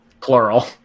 plural